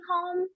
home